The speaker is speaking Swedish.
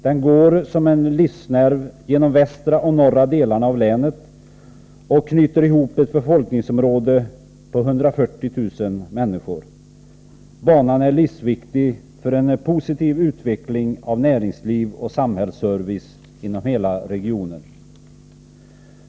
Den går som en livsnerv genom de västra och norra delarna av länet och knyter ihop ett befolkningsområde på 140 000 människor. Banan är livsviktig för en positiv utveckling av näringsliv och samhällsservice inom hela regionen.